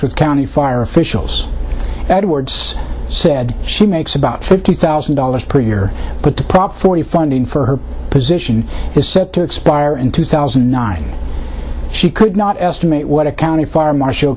with county fire officials edwards said she makes about fifty thousand dollars per year but the prop forty funding for her position is set to expire in two thousand and nine she could not estimate what a county fire marshal